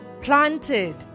planted